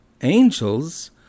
angels